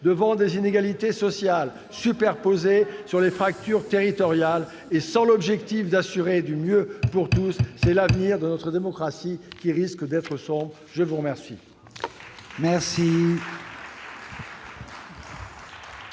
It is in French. Devant des inégalités sociales superposées sur les fractures territoriales, et sans l'objectif d'assurer du « mieux pour tous », l'avenir de notre démocratie risque d'être sombre ! Mes chers